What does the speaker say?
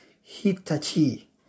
Hitachi